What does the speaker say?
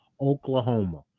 Oklahoma